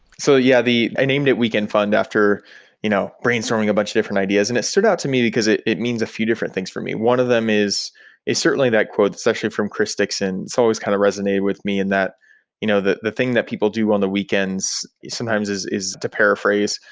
so yeah, i named it weekend fund after you know brainstorming a bunch of different ideas, and it stood out to me because it it means a few different things for me. one of them is is certainly that quote. it's actually from chris dixon. it so always kind of resonated with me and that you know the the thing that people do on the weekends sometimes is is to paraphrase,